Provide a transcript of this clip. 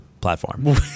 platform